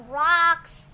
rocks